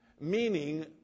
meaning